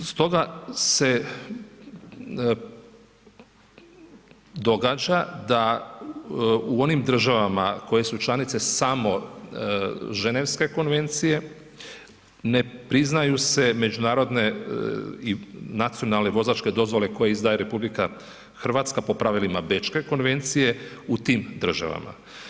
Stoga se događa da u onim državama koje su članice samo Ženevske konvencije, ne priznaju se međunarodne i nacionalne vozačke dozvole koje izdaje RH po pravilima Bečke konvencije u tim državama.